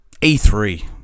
E3